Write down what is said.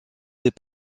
des